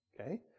Okay